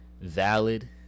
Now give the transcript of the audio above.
valid